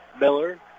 Miller